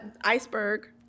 iceberg